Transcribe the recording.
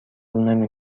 نمی